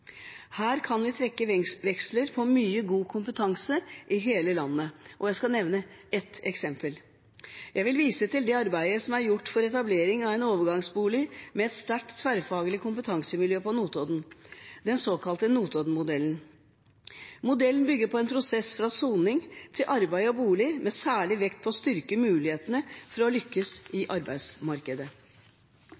Her kan vi trekke veksler på mye god kompetanse i hele landet, og jeg skal nevne ett eksempel. Jeg vil vise til det arbeidet som er gjort for etablering av en overgangsbolig med et sterkt tverrfaglig kompetansemiljø på Notodden, den såkalte Notodden-modellen. Modellen bygger på en prosess fra soning til arbeid og bolig, med særlig vekt på å styrke mulighetene for å lykkes i